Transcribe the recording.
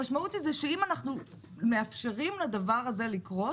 המשמעות של זה היא שאם אנחנו מאפשרים לדבר הזה לקרות